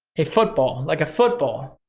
a football, like a football.